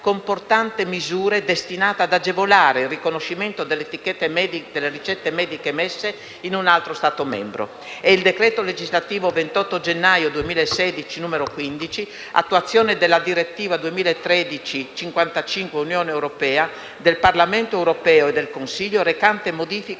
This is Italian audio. comportante misure destinate ad agevolare il riconoscimento delle etichette mediche emesse in un altro Stato membro; nonché al decreto legislativo 28 gennaio 2016 n. 15, recante attuazione della direttiva n. 55 del 2013 dell'Unione europea, del Parlamento europeo e del Consiglio, recante modifica